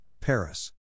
Paris